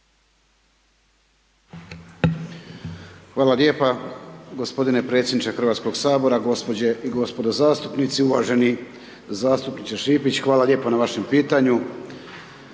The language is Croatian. Hvala lijepa, g. predsjedniče HS-a, gospođe i gospodo zastupnici uvaženi. Zastupniče Šipić hvala lijepo na vašem pitanju